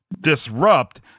disrupt